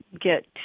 get